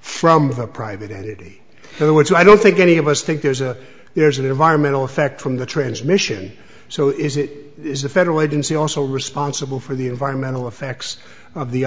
from a private entity it would so i don't think any of us think there's a there's an environmental effect from the transmission so is it is the federal agency also responsible for the environmental effects of the